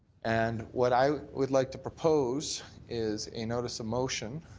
and what i would like to propose is a notice of motion